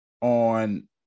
on